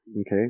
okay